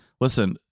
listen